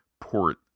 port